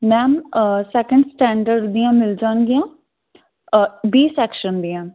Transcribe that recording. ma'am second standard ਦੀਆਂ ਮਿਲ ਜਾਣਗੀਆਂ ਬੀ ਸੈਕਸ਼ਨ ਦੀਆਂ